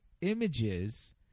images